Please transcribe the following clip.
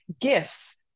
gifts